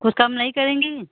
कुछ कम नहीं करेंगी